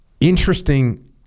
interesting